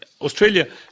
Australia